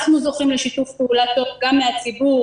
אנחנו זוכים לשיתוף פעולה טוב גם מהציבור,